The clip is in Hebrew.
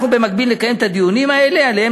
אנחנו נקיים את הדיונים האלה במקביל,